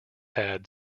had